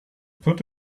put